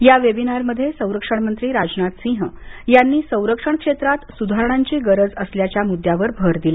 या वेबिनारमध्ये संरक्षणमंत्री राजनाथसिंह यांनी संरक्षण क्षेत्रात सुधारणांची गरज असल्याच्या मुद्द्यावर भर दिला